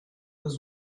was